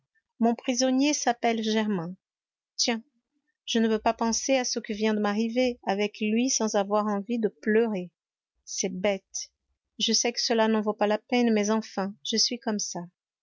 mon prisonnier s'appelle germain tiens je ne peux pas penser à ce qui vient de m'arriver avec lui sans avoir envie de pleurer c'est bête je sais que cela n'en vaut pas la peine mais enfin je suis comme ça